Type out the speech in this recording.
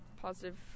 positive